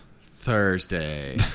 Thursday